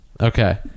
Okay